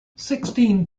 sixteen